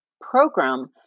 program